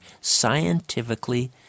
scientifically